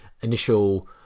initial